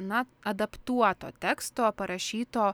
na adaptuoto teksto parašyto